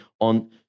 on